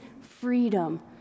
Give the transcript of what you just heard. freedom